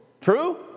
True